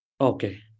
Okay